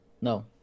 No